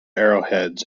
arrowheads